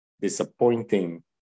disappointing